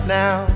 now